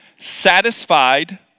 Satisfied